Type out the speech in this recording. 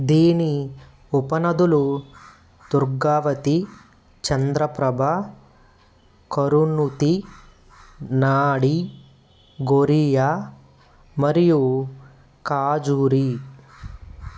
దీని ఉపనదులు దుర్గావతి చంద్రప్రభ కరుణుతి నాడి గొరయ్యా మరియు కాజూరీ